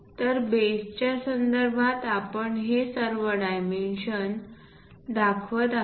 तर बेसच्या संदर्भात आपण हे सर्व डायमेन्शन दाखवत आहोत